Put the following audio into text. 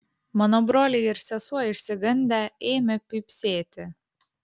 mano broliai ir sesuo išsigandę ėmė pypsėti